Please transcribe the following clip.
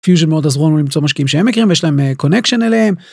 פיוז'ן מאוד עזרו לנו למצוא משקיעים שהם מכירים יש להם קונקשן אליהם.